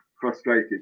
frustrated